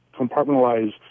compartmentalize